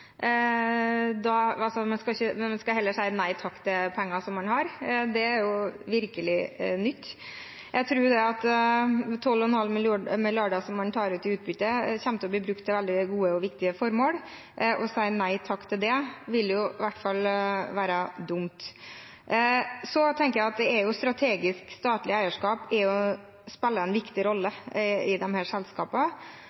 Man skal heller si nei takk til penger man har. Det er jo virkelig nytt. Jeg tror at 12,5 mrd. kr som man tar ut i utbytte, kommer til å bli brukt til veldig gode og viktige formål. Å si nei takk til det, ville i hvert fall være dumt. Så tenker jeg at det er strategisk. Statlig eierskap spiller en viktig rolle i disse selskapene. Det er en viktig